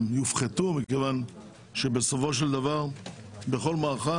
יופחתו מכיוון שבסופו של דבר בכל מערכת